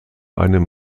einem